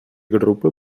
групи